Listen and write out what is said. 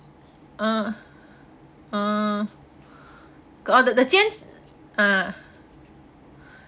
ah orh oh the the ah